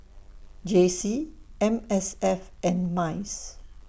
J C M S F and Mice